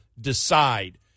decide